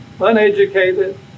uneducated